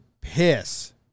piss